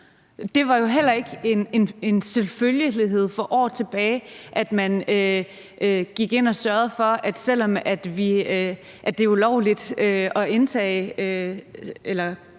Det var jo heller ikke en selvfølgelighed for år tilbage, at man gik ind og sagde, at selv om det er ulovligt med